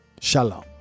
Shalom